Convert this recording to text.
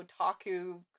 otaku